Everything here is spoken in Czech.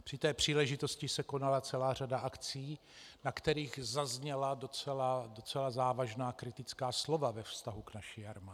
Při té příležitosti se konala celá řada akcí, na kterých zazněla docela závažná kritická slova ve vztahu k naší armádě.